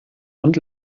und